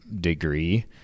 degree